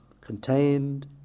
contained